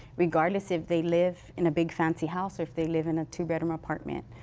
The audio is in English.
regardless if they live in a big fancy house, if they live in a two bedroom apartment,